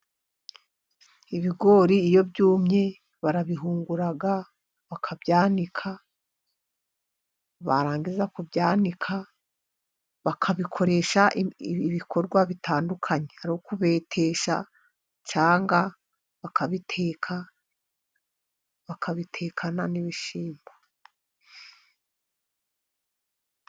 Ibigori iyo byumye barabihungura bakabyanika, barangiza kubyanika bakabikoresha ibikorwa bitandukanye. Ari ukubetesha cyangwa bakabiteka, bakabitekana n'ibishyimbo.